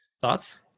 Thoughts